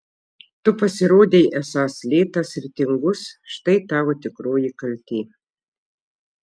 tu pasirodei esąs lėtas ir tingus štai tavo tikroji kaltė